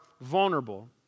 vulnerable